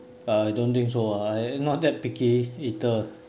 I don't think so ah I not that picky eater